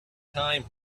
time